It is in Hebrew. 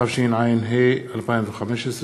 התשע"ה 2015,